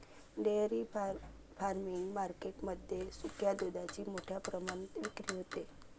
dairy farming market मध्ये सुक्या दुधाची मोठ्या प्रमाणात विक्री होते